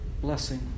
blessing